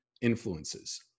influences